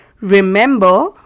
remember